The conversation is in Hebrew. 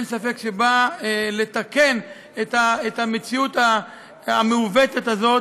אין ספק שנועדה לתקן את המציאות המעוותת הזאת,